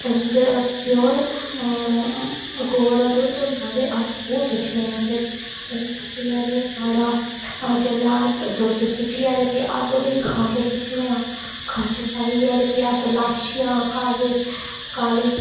डंगर प्योर गवै दा दुद्ध होंदा ते अस ओह् सु''ट्टनें आं ते ओह् सु'ट्टियै ते साढ़ा दुद्ध सु'ट्टियै बी अस उ'नें ई खंड सु'ट्टनें आं खंड पाइयै ते भी अस लाचियां काले